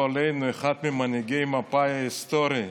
לא עלינו, אחד ממנהיגי מפא"י ההיסטוריים,